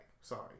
Sorry